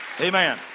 amen